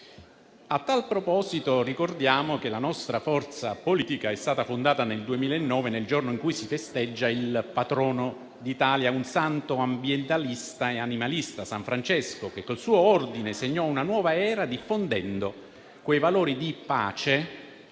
A tal proposito, ricordiamo che la nostra forza politica è stata fondata nel 2009, nel giorno in cui si festeggia il patrono d'Italia, un santo ambientalista e animalista, san Francesco, che con il suo ordine segnò una nuova era, diffondendo i valori di pace,